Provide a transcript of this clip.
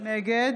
נגד